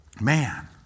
Man